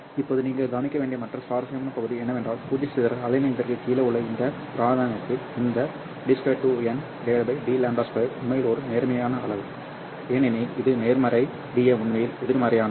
இப்போது நீங்கள் கவனிக்க வேண்டிய மற்ற சுவாரஸ்யமான பகுதி என்னவென்றால் பூஜ்ஜிய சிதறல் அலைநீளத்திற்குக் கீழே உள்ள இந்த பிராந்தியத்தில் இந்த d 2n dλ 2 உண்மையில் ஒரு நேர்மறையான அளவு ஏனெனில் இது நேர்மறை Dm உண்மையில் எதிர்மறையானது